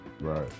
Right